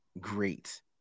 great